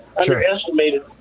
underestimated